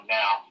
now